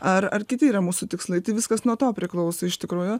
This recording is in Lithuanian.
ar ar kiti yra mūsų tikslai tai viskas nuo to priklauso iš tikrųjų